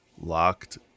Locked